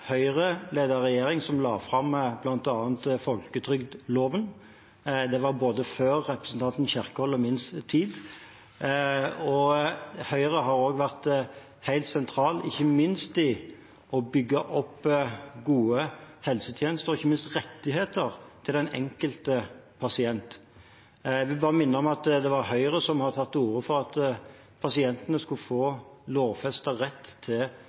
Høyre har også vært helt sentral ikke minst i å bygge opp gode helsetjenester og ikke minst rettigheter til den enkelte pasient. Jeg vil bare minne om at det var Høyre som tok til orde for at pasientene skulle få lovfestet rett til